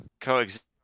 coexist